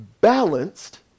balanced